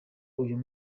uyu